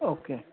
okay